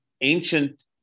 ancient